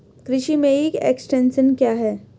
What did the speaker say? कृषि में e extension क्या है?